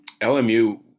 LMU